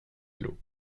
vélo